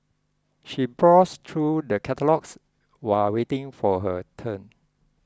she browsed through the catalogues while waiting for her turn